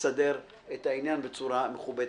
כמובן